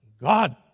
God